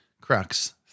crux